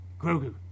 grogu